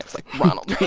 like, ronald reagan